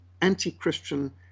anti-Christian